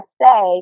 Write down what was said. say